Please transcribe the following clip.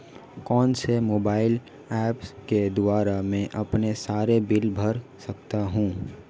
कौनसे mobile apps के द्वारा मैं अपने सारे बिल भर सकता हूं?